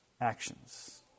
actions